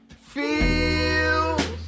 Feels